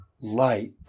Light